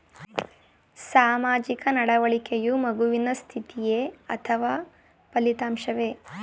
ಸಾಮಾಜಿಕ ನಡವಳಿಕೆಯು ಮಗುವಿನ ಸ್ಥಿತಿಯೇ ಅಥವಾ ಫಲಿತಾಂಶವೇ?